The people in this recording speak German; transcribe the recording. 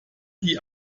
die